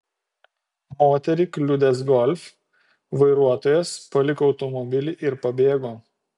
moterį kliudęs golf vairuotojas paliko automobilį ir pabėgo